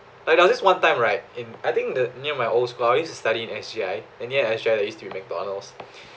like there was this one time right in I think the near my old school I used study in S_J_I and ya I used to eat at mcdonald's